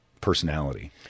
personality